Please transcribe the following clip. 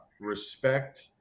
respect